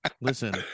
Listen